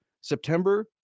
September